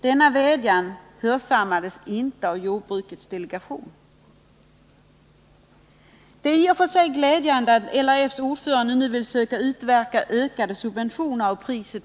Denna vädjan hörsammades inte av jordbrukets delegation. Det är i och för sig glädjande att LRF:s ordförande nu vill söka utverka ökade subventioner för baslivsmedel.